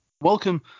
Welcome